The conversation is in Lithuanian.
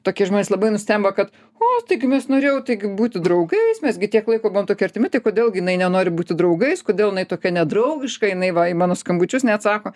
tokie žmonės labai nustemba kad o taigi mes norėjau taigi būti draugais mes gi tiek laiko buvom tokie artimi tai kodėl jinai nenori būti draugais kodėl jinai tokia nedraugiška jinai va į mano skambučius neatsako